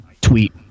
tweet